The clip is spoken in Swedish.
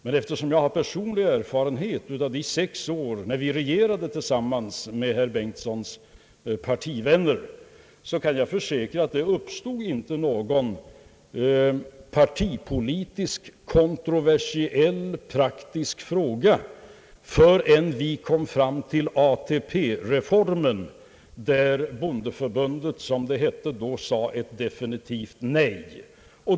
Men eftersom jag har personlig erfarenhet av de sex år, som vi regerade tillsammans med herr Bengtsons partivänner, kan jag försäkra att det inte uppstod någon partipolitiskt kontroversiell praktisk fråga förrän vi kom fram till ATP-reformen, där bondeförbundet sade definitivt nej.